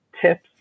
tips